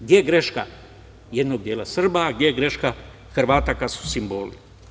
Gde je greška jednog dela Srba, a gde je greška Hrvata kada su simboli?